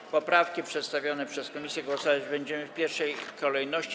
Nad poprawkami przedstawionymi przez komisje głosować będziemy w pierwszej kolejności.